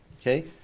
Okay